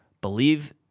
believe